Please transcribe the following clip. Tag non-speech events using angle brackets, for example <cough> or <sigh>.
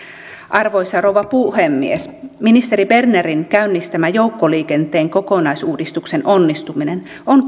arvoisa rouva puhemies ministeri bernerin käynnistämän joukkoliikenteen kokonais uudistuksen onnistuminen on <unintelligible>